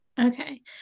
Okay